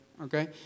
Okay